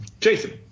Jason